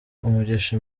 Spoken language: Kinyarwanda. umugisha